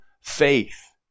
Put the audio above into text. faith